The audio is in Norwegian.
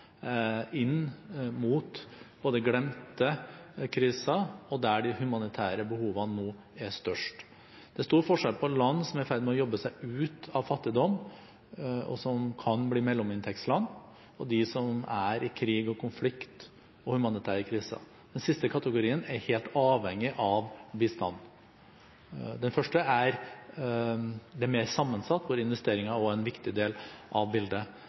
inn mot både glemte kriser og der de humanitære behovene er størst. Det er stor forskjell på land som er i ferd med å jobbe seg ut av fattigdom, og som kan bli mellominntektsland, og dem som er i krig og konflikt og har humanitære kriser. Den siste kategorien er helt avhengig av bistand. Den første er mer sammensatt, hvor investeringer er en viktig del av bildet.